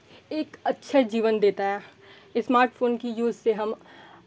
एक अच्छा जीवन देता है स्मार्ट फ़ोन के यूज़ से हम